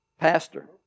Pastor